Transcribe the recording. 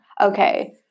Okay